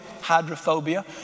hydrophobia